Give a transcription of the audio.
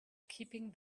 keeping